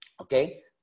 okay